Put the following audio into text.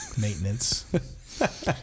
maintenance